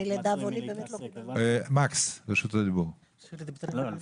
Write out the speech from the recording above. מקס, רשות הדיבור שלך.